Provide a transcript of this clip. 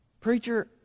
Preacher